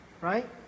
Right